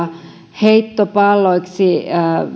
heittopalloiksi